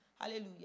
Hallelujah